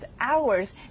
hours